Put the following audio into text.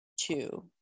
two